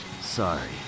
Sorry